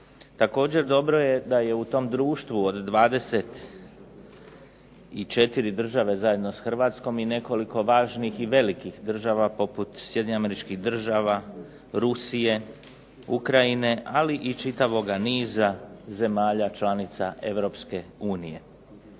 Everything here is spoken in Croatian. Također, dobro je da je u tom društvu od 24 države zajedno sa Hrvatskom i nekoliko važnih i velikih država poput Sjedinjenih Američkih Država, Rusije, Ukrajine, ali i čitavoga niza zemalja članica Europske unije.